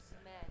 Amen